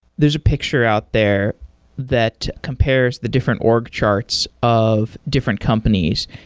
there's a picture out there that compares the different org charts of different companies.